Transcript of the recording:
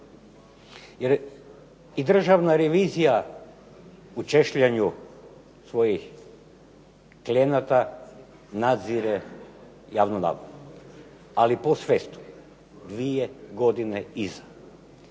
jer i Državna revizija u češljanju svojih klijenata nadzire javnu nabavu, ali post festum, dvije godine iza.